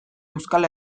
euskal